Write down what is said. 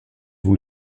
vous